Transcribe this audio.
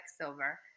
silver